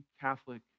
Catholic